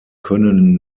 können